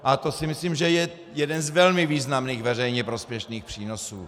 A to si myslím, že je jeden z velmi významných veřejně prospěšných přínosů.